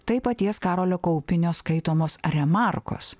tai paties karolio kaupinio skaitomos remarkos